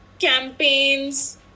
campaigns